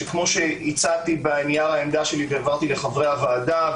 כמו שהצעתי בנייר העמדה שלי והעברתי לחברי הוועדה,